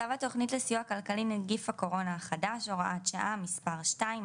צו התכנית לסיוע כלכלי (נגיף הקורונה החדש) (הוראת שעה)(מס' 2),